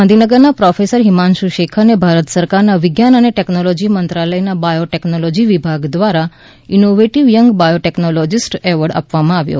ગાંધીનગરના પ્રોફેસર હિમાંશુ શેખરને ભારત સરકારના વિજ્ઞાન અને ટેકનોલોજી મંત્રાલયના બાયોટેકનોલોજી વિભાગ દ્વારા ઇનોવેટીવ યંગ બાયોટેકનોલોજીસ્ટ એવોર્ડ આપવામાં આવ્યો